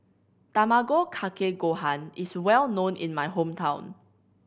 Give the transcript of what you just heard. Tamago Kake Gohan is well known in my hometown